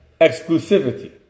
Exclusivity